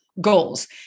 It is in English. goals